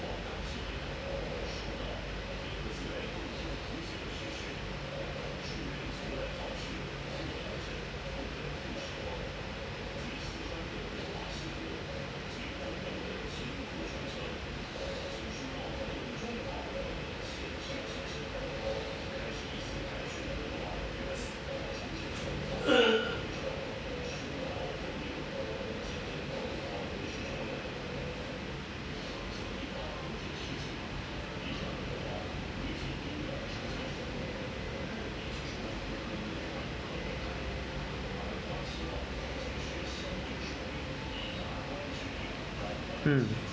um